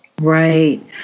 Right